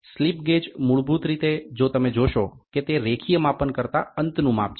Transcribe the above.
slip gauge મૂળભૂત રીતે જો તમે જોશો કે તે રેખીય માપન કરતા અંતનું માપ છે